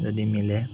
যদি মিলে